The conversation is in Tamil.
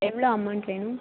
எவ்வளோ அமௌண்ட் வேணும்